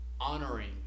honoring